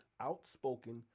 outspoken